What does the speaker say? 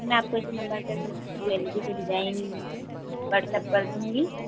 जी मैं आपको इस नम्बर पर ज्वेलरी के डिजाइन व्हाटसप कर दूँगी